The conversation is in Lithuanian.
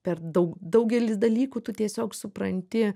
per daug daugelį dalykų tu tiesiog supranti